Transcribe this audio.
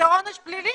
זה עונש פלילי,